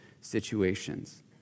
situations